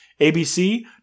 abc